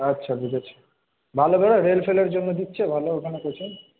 আচ্ছা বুঝেছি ভালো করে রেল ফেলের জন্য দিচ্ছে ভালো ওখানে কোচিং